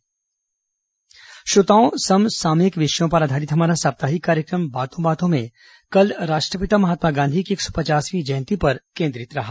बातों बातों में श्रोताओं समसामयिक विषयों पर आधारित हमारा साप्ताहिक कार्यक्रम बातों बातों में कल राष्ट्रपिता महात्मा गांधी की एक सौ पचासवीं जयंती पर केंद्रित रहा